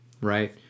Right